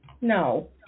no